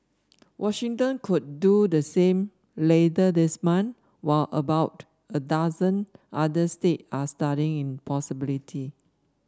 Washington could do the same later this month while about a dozen other state are studying possibility